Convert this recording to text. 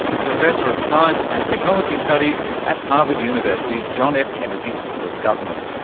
a professor of science and technology studies at harvard university's john f kennedy school of government.